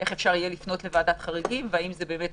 איך אפשר יהיה לפנות לוועדת חריגים והאם זה באמת